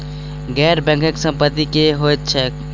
गैर बैंकिंग संपति की होइत छैक?